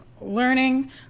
learning